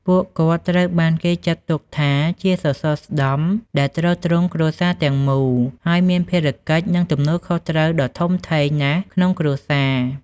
ពួកគាត់ត្រូវបានគេចាត់ទុកថាជា សសរស្តម្ភ ដែលទ្រទ្រង់គ្រួសារទាំងមូល ហើយមានភារកិច្ច និងទំនួលខុសត្រូវដ៏ធំធេងណាស់ក្នុងគ្រួសារ។